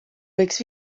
võiks